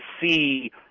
see